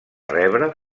rebre